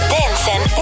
Dancing